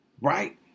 Right